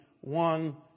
one